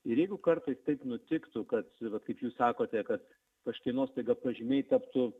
ir jeigu kartais taip nutiktų kad vat kaip jūs sakote kad kažkieno staiga pažymiai taptų